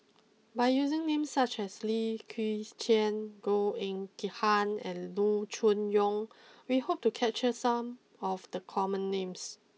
by using names such as Lim Chwee Chian Goh Eng Han and Loo Choon Yong we hope to capture some of the common names